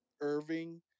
Irving